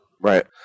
Right